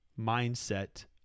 mindset